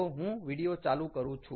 તો હું વિડિયો ચાલુ કરું છું